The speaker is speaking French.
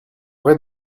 rez